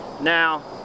Now